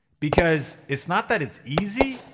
because it's not that it's easy,